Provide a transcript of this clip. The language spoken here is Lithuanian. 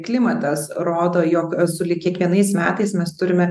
klimatas rodo jog sulig kiekvienais metais mes turime